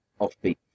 offbeat